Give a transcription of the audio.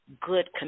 good